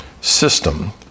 system